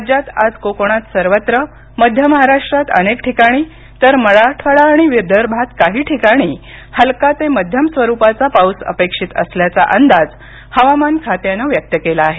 राज्यात आज कोकणात सर्वत्र मध्य महाराष्ट्रात अनेक ठिकाणी तर मराठवाडा आणि विदर्भात काही ठिकाणी हलका ते मध्यम स्वरुपाचा पाऊस अपेक्षित असल्याचा अंदाज हवामान खात्यानं व्यक्त केला आहे